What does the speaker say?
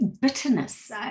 bitterness